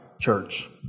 church